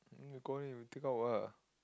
then you go then you take out ah